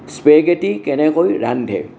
spaghetti কেনেকৈ ৰান্ধে